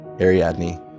Ariadne